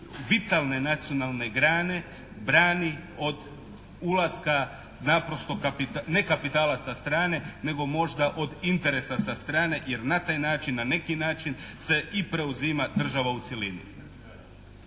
vitalne nacionalne grane brani od ulaska naprosto kapitala, ne kapitala sa strane nego možda od interesa sa strane, jer na taj način, na neki način se i preuzima država u cjelini.